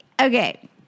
Okay